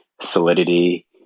solidity